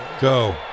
Go